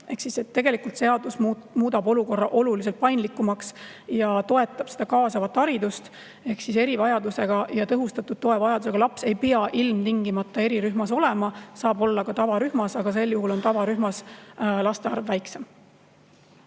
väiksem. Ehk tegelikult [uus] seadus muudab olukorra oluliselt paindlikumaks ja toetab kaasavat haridust ehk siis erivajadusega ja tõhustatud toe vajadusega laps ei pea ilmtingimata erirühmas olema, ta saab olla ka tavarühmas, aga sel juhul on tavarühmas laste arv väiksem.